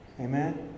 Amen